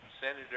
Senator